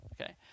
okay